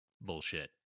bullshit